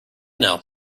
know